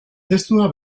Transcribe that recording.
testua